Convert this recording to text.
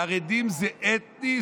חרדים זה אתני?